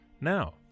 Now